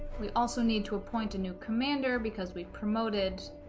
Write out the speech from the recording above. we also need to appoint a new commander because we promoted